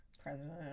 President